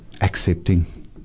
accepting